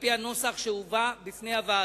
על-פי הנוסח שהובא בפני הוועדה,